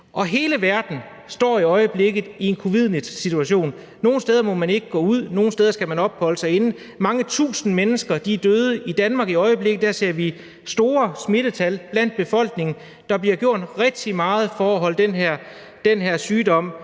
Hele verden står i øjeblikket i en covid-19-situation. Nogle steder må man ikke gå ud, nogle steder skal man opholde sig inde. Mange tusind mennesker er døde. I Danmark i øjeblikket ser vi store smittetal i befolkningen. Der bliver gjort rigtig meget for at holde den her sygdom